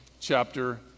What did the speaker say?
chapter